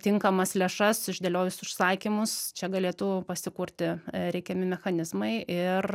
tinkamas lėšas išdėliojus užsakymus čia galėtų pasikurti reikiami mechanizmai ir